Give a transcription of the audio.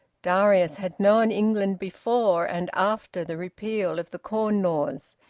darius had known england before and after the repeal of the corn laws,